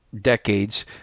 decades